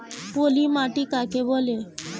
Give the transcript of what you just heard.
পলি মাটি কাকে বলে?